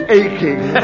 aching